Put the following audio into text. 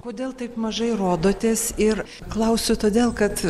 kodėl taip mažai rodotės ir klausiu todėl kad